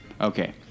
Okay